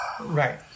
Right